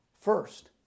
first